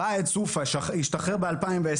ראאד --- השתחרר ב-2020